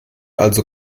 also